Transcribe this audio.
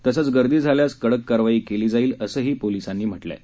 तसेच गर्दी झाल्यास कडक कारवाई करण्यात येईल असंही पोलिसांनी म्हटलं आहे